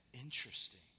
interesting